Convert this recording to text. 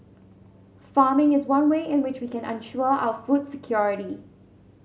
farming is one way in which we can ensure our food security